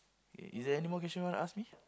K is there any more question want to ask me